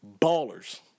ballers